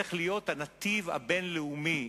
צריך להיות הנתיב הבין-לאומי,